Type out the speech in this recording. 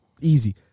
Easy